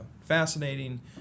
fascinating